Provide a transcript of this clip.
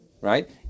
Right